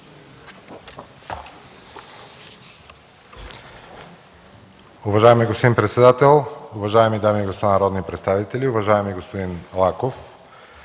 Уважаеми господин председател, уважаеми дами и господа народни представители! Уважаеми господин Лаков,